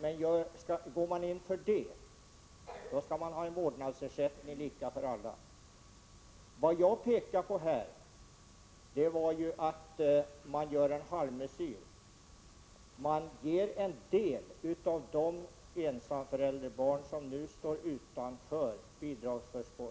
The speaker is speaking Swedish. Men om man går in för detta, skall man ha en vårdnadsersättning som är lika för alla. Vad jag här pekade på var att man gör en halvmesyr. Man ger till en del av de ensamförälderbarn som nu står utan bidragsförskott.